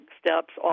steps